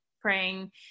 praying